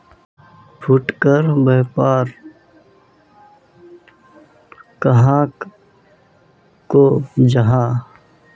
फुटकर व्यापार कहाक को जाहा?